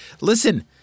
Listen